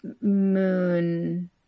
moon